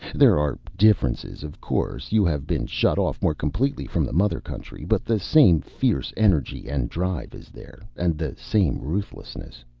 there are differences, of course you have been shut off more completely from the mother country. but the same fierce energy and drive is there, and the same ruthlessness.